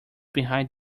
behind